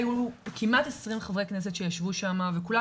הוי כמעט עשרים חברי כנסת שישבו שם וכולם